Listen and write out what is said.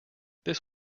this